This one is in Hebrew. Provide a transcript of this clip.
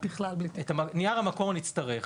את נייר המקור נצטרך.